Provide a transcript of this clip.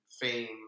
fame